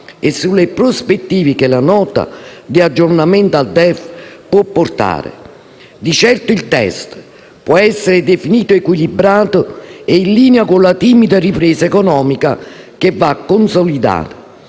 e sulle prospettive che la Nota di aggiornamento al DEF può portare. Di certo il testo può essere definito equilibrato e in linea con la timida ripresa economica che va consolidata.